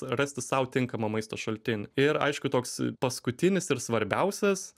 rasti sau tinkamą maisto šaltinį ir aišku toks paskutinis ir svarbiausias